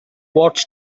what’s